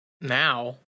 Now